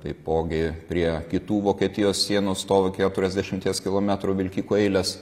taipogi prie kitų vokietijos sienų stovi keturiasdešimties kilometrų vilkikų eilės